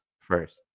first